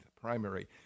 primary